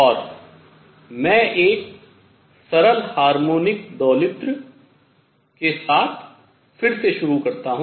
और मैं एक सरल हार्मोनिक दोलित्र के साथ फिर से शुरू करता हूँ